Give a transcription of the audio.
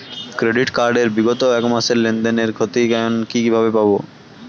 Credit card এর বিগত এক মাসের লেনদেন এর ক্ষতিয়ান কি কিভাবে পাব?